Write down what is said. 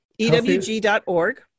ewg.org